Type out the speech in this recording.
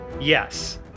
Yes